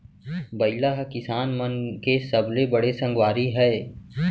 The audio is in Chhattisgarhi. बइला ह किसान मन के सबले बड़े संगवारी हय